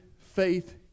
faith